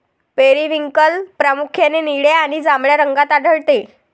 periwinkle प्रामुख्याने निळ्या आणि जांभळ्या रंगात आढळते